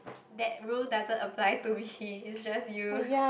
that rule doesn't apply to me it's just you